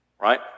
Right